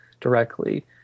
directly